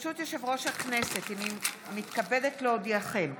ברשות יושב-ראש הכנסת, הינני מתכבדת להודיעכם,